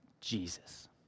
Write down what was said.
Jesus